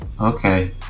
okay